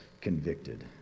convicted